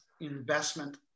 investment